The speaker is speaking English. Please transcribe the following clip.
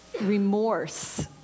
remorse